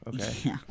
Okay